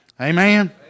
Amen